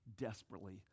desperately